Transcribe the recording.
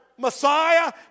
Messiah